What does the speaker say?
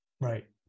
right